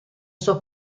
sua